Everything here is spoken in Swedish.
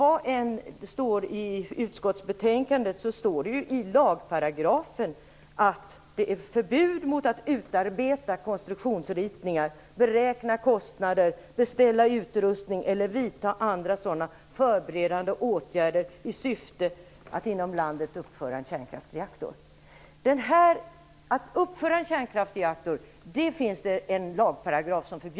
Vad det än står i utskottsbetänkandet så står det i lagparagrafen att det är förbjudet att utarbeta konstruktionsritningar, beräkna kostnader, beställa utrustning eller vidta andra sådana förberedande åtgärder i syfte att inom landet uppföra en kärnkraftsreaktor. Det finns en lagparagraf som förbjuder oss att uppföra en kärnkraftsreaktor.